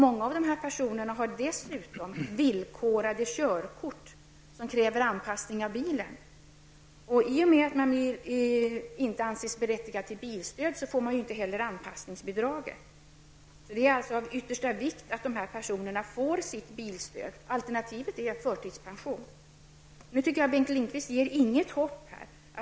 Många av dessa personer har dessutom villkorade körkort, vilket kräver anpassning av bilen. I och med att man inte anses berättigad till bilstöd får man inte heller anpassningsbidrag. Det är alltså av yttersta vikt att dessa personer får sitt bilstöd, eftersom alternativet är förtidspension. Bengt Lindqvist ger här inget hopp till dessa personer.